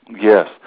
Yes